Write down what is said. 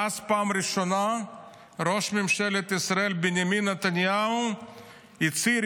ואז פעם ראשונה ראש ממשלת ישראל בנימין נתניהו הצהיר,